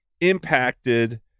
impacted